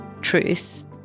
truth